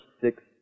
six